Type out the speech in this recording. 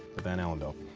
the van allen belt.